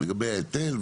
לגבי ההיטל,